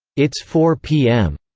it's four p m.